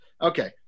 okay